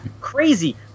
crazy